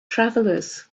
travelers